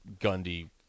Gundy